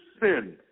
sin